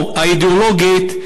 או האידיאולוגית,